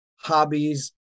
hobbies